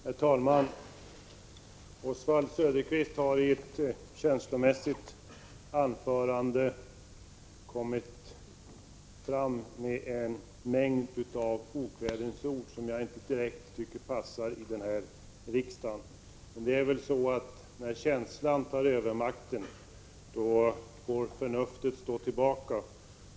Herr talman! Oswald Söderqvist har i ett känslomättat anförande öst ur sig en mängd okvädinsord som jag tycker inte passar i riksdagen. Men när känslan tar överhanden får tydligen förnuftet stå tillbaka.